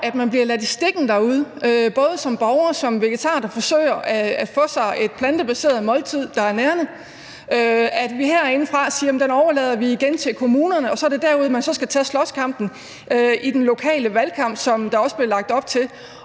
at man bliver ladt i stikken derude – både som borger og som vegetar, der forsøger at få sig et plantebaseret måltid, der er nærende – altså at vi herindefra siger, af det overlader vi igen til kommunerne, og så er det derude, i den lokale valgkamp, at man skal tage slåskampen, sådan som der også er blevet lagt op til.